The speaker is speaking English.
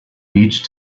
beach